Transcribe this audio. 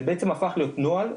זה בעצם הפך להיות נוהל,